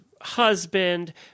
husband